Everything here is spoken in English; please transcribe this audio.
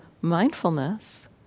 mindfulness